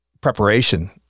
preparation